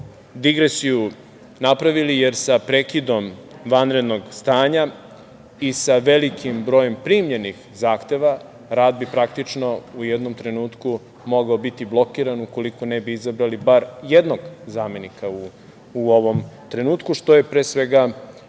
digresiju napravili, jer sa prekidom vanrednog stanja i sa velikim brojem primljenih zahteva, rad bi praktično u jednom trenutku mogao biti blokiran ukoliko ne bi izabrali bar jednog zamenika u ovom trenutku, što je pre svega